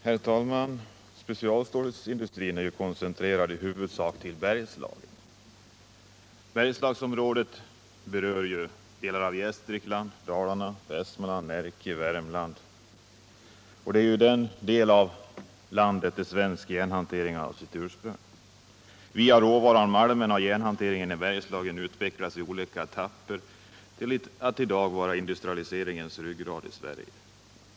Herr talman! Specialstålindustrin är koncentrerad i huvudsak till Bergslagen. Bergslagsområdet utgörs av delar av Gästrikland, Dalarna, Västmanland, Närke och Värmland. Det är i den delen av landet som svensk järnhantering har sitt ursprung. Via råvaran malmen har järnhanteringen utvecklats i olika etapper till att i dag vara industrialiseringens ryggrad i Sverige.